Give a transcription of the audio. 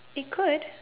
it could